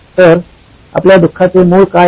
तर आपल्या दुःखाचे मूळ काय आहे